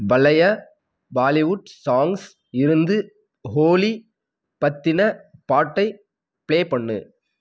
பழைய Bollywood songs இருந்து ஹோலி பற்றின பாட்டை ப்ளே பண்ணு